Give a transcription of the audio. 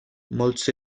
molts